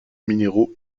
minéraux